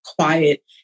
quiet